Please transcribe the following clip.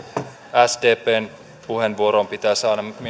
sdpn puheenvuoroon pitää saada